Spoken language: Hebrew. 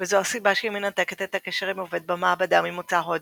וזו הסיבה שהיא מנתקת את הקשר עם עובד במעבדה ממוצא הודי,